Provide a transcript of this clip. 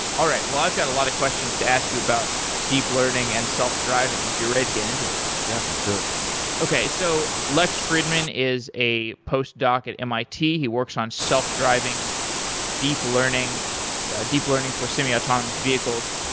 all right, i've got a lot of questions to ask you about deep learning and self-driving if you're ready to get into it. yeah, let's do it. okay. so lex friedman is a postdoc at mit. he works on self-driving deep learning ah deep learning for semiautonomous vehicles.